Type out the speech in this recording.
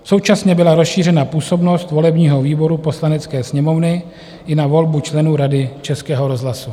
Současně byla rozšířena působnost volebního výboru Poslanecké sněmovny i na volbu členů Rady Českého rozhlasu.